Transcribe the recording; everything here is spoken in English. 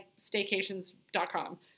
staycations.com